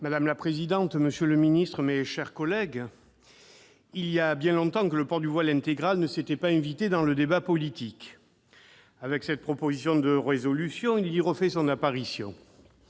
Madame la présidente, monsieur le secrétaire d'État, mes chers collègues, il y a bien longtemps que le port du voile intégral ne s'était pas invité dans le débat politique. Avec cette proposition de résolution, il y refait son apparition.